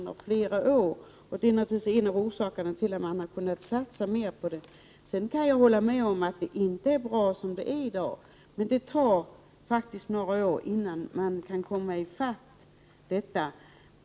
Det är naturligtvis en av orsakerna till att man har kunnat satsa mer på detta. Sedan kan jag hålla med om att förhållandena inte är bra som de är i dag. Det tar faktiskt några år innan man har hunnit i fatt.